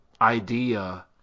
idea